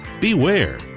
beware